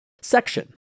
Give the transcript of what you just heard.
Section